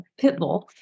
Pitbull